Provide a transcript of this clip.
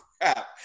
crap